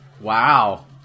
Wow